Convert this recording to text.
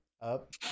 up